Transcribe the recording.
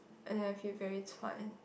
as in I feel very 全